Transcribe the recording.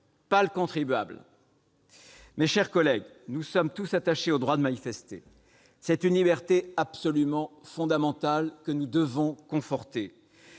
casse paye. Mes chers collègues, nous sommes tous attachés au droit de manifester. Il s'agit d'une liberté absolument fondamentale que nous devons renforcer.